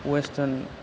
western